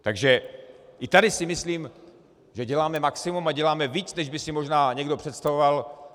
Takže i tady si myslím, že děláme maximum a děláme víc, než by si možná někdo představoval.